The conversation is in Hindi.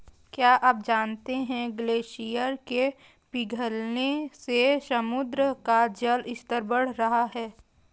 क्या आप जानते है ग्लेशियर के पिघलने से समुद्र का जल स्तर बढ़ रहा है?